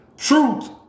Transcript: Truth